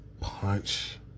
punch